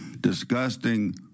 disgusting